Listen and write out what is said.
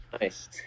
Nice